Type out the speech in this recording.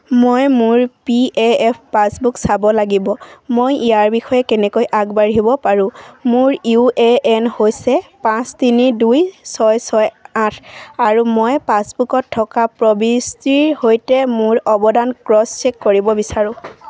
মই মোৰ P F passbook চাব লাগিব মই ইয়াৰ বিষয়ে কেনেকৈ আগবাঢ়িব পাৰোঁ মোৰ ইউ এ এন হৈছে পাঁচ তিনি দুই ছয় ছয় আঠ আৰু মই পাছবুকত থকা প্ৰবিষ্টিৰ সৈতে মোৰ অৱদান ক্ৰছ চেক কৰিব বিচাৰোঁ